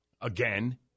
again